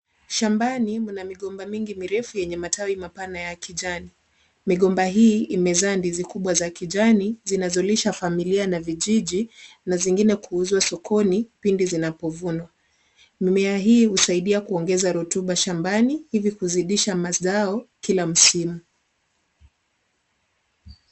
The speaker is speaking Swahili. Shambani, mna migomba mingi mirefu yenye matawi mapana ya kijani. Migomba hii imezaa ndizi kubwa za kijani, zinazolisha familia na vijiji, na zingine kuuzwa sokoni pindi zinapovunwa. Mimea hii husaidia kuongeza rutuba shambani, hivi kuzidisha mazao kila msimu.